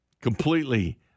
Completely